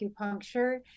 acupuncture